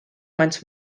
maent